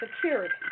security